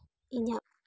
ᱤᱧᱟᱹᱜ